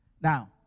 Now